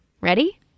Ready